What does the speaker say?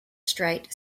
strait